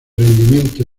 rendimiento